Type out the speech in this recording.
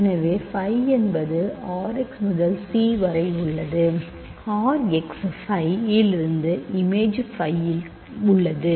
எனவே phi என்பது R x முதல் C வரை உள்ளது R x phi இலிருந்து இமேஜ் phi இல் உள்ளது